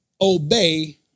obey